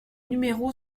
numéro